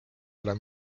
ole